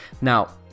now